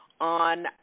on